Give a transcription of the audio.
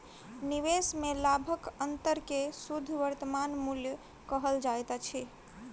निवेश में लाभक अंतर के शुद्ध वर्तमान मूल्य कहल जाइत अछि